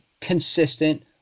consistent